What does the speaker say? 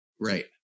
Right